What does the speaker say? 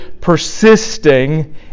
persisting